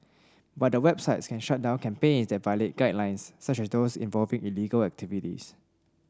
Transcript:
but the websites can shut down campaigns that violate guidelines such as those involving illegal activities